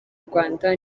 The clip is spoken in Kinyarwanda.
rwanda